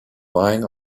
lying